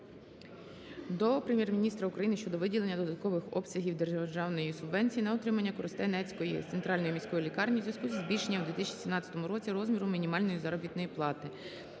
до Прем'єр-міністра України щодо виділення додаткових обсягів державної субвенції на утримання Коростенської центральної міської лікарні у зв'язку зі збільшенням у 2017 році розміру мінімальної заробітної плати.